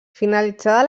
finalitzada